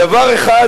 בדבר אחד,